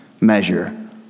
measure